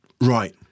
Right